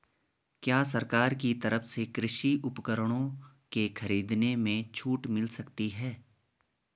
क्या सरकार की तरफ से कृषि उपकरणों के खरीदने में छूट मिलती है?